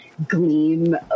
Gleam